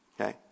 Okay